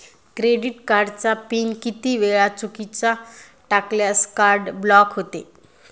Credit कार्डचा pin किती वेळा चुकीचा टाकल्यास कार्ड ब्लॉक होते?